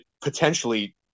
potentially